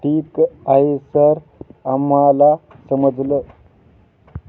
ठीक आहे सर आम्हाला समजलं